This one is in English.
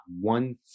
one